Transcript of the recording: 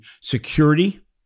security